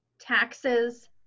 taxes